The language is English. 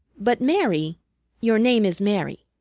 but mary your name is mary?